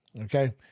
Okay